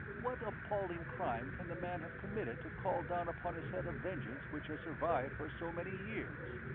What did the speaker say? what appalling crime can the man have committed to call down upon his head a vengeance which has survived for so many years?